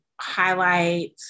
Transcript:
highlight